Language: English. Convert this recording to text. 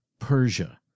Persia